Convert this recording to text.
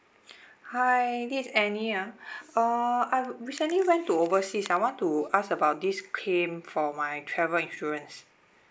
hi this is annie ah uh I recently went to overseas I want to ask about this claim for my travel insurance